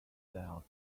style